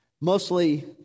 mostly